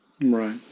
Right